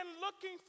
looking